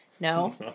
No